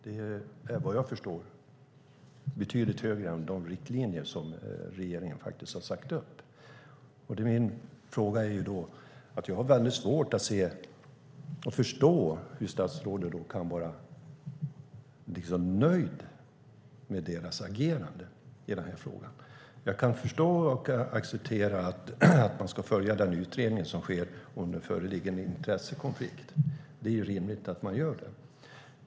Det är såvitt jag förstår betydligt mer än enligt de riktlinjer som regeringen har satt upp. Jag har mycket svårt att förstå hur statsrådet kan vara nöjd med deras agerande i denna fråga. Jag kan förstå och acceptera att man ska följa den utredning som sker om det föreligger någon intressekonflikt. Det är rimligt att man gör det.